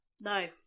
No